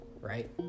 right